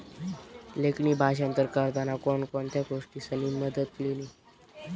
लेखणी भाषांतर करताना कोण कोणत्या गोष्टीसनी मदत लिनी